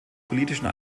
politischen